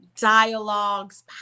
dialogues